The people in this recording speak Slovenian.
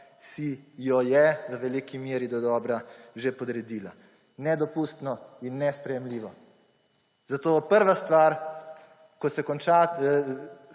ta oblast v veliki meri dodobra že podredila. Nedopustno in nesprejemljivo. Zato je prva stvar, ko se konča